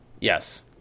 Yes